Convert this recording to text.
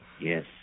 Yes